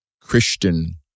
Christian